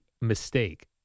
mistake